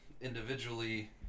individually